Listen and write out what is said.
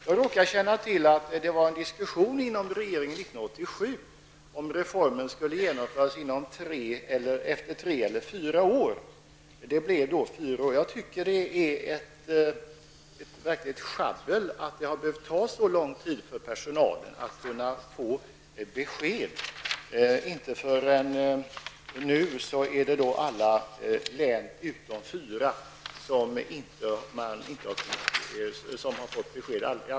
Jag råkar känna till att det fördes en diskussion inom regeringen 1987 om huruvida reformen skulle genomföras efter tre eller fyra år. Det blev fyra år. Jag tycker att det är ett verkligt sjabbel att det har behövt ta så lång tid för personalen att få besked. Inte förrän nu har alla län utom fyra fått besked.